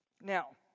Now